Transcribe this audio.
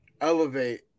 elevate